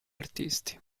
artisti